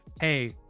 hey